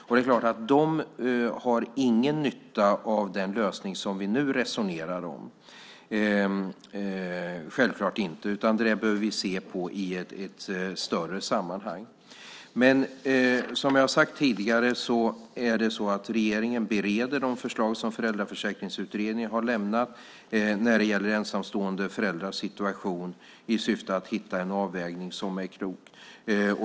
Det är självklart att de inte har någon nytta av den lösning som vi nu resonerar om, utan detta behöver vi se på i ett större sammanhang. Som jag har sagt tidigare bereder alltså regeringen de förslag som Föräldraförsäkringsutredningen har lämnat när det gäller ensamstående föräldrars situation i syfte att hitta en avvägning som är klok.